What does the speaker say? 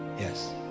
Yes